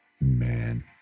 Man